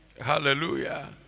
Hallelujah